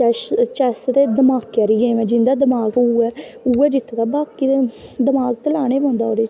chess दे दमाके आह्ली गेम ऐ जिंदा दमाक होै उऐ जित्तदा बाकी ते दमाक ते लाना गै पौंदा ओह्दे च